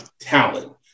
talent